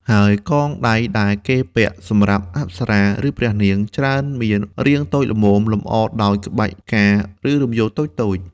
ហើយកងដៃដែលគេពាក់សម្រាប់អប្សរា ឬព្រះនាង ច្រើនមានរាងតូចល្មម លម្អដោយក្បាច់ផ្កា ឬរំយោលតូចៗ។